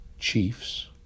Chiefs